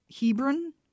hebron